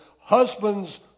husbands